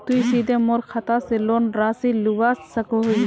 तुई सीधे मोर खाता से लोन राशि लुबा सकोहिस?